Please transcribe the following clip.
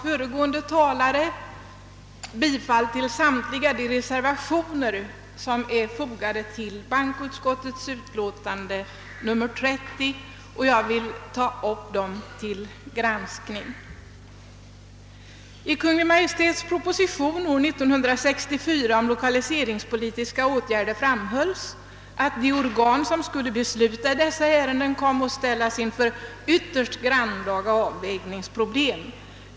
Föregående talare har yrkat bifall till de reservationer som är fogade vid bankoutskottets utlåtande nr 30, och jag vill ta upp dem till granskning. I Kungl. Maj:ts proposition år 1964 om lokaliseringspolitiska åtgärder framhölls att de organ som skulle besluta i dessa ärenden komme att ställas inför ytterst grannlaga avvägningsproblem.